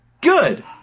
Good